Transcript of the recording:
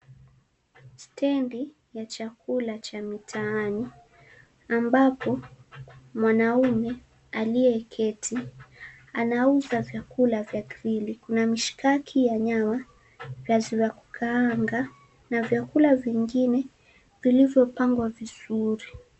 Stand ya chakula cha mitaani ambapo mwanaume aliyeketi anauza vyakula vya grill . Kuna mshikaki ya nyama, viazi vya kukaanga na vyakula vingine vilivyopangwa vizuri.